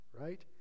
right